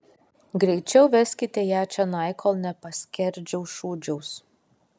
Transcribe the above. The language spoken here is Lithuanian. greičiau veskite ją čionai kol nepaskerdžiau šūdžiaus